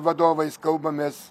vadovais kalbamės